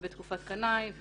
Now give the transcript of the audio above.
בתקופת קנאי.